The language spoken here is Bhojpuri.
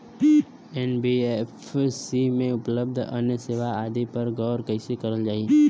एन.बी.एफ.सी में उपलब्ध अन्य सेवा आदि पर गौर कइसे करल जाइ?